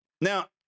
Now